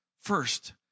first